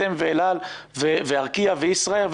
אתם ואל על וארקיע וישראייר,